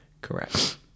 Correct